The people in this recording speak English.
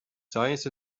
science